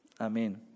Amen